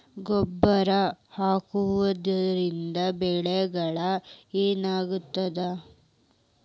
ಗೊಬ್ಬರ ಹಾಕುವುದರಿಂದ ಬೆಳಿಗ ಏನಾಗ್ತದ?